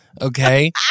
okay